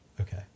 Okay